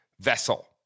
vessel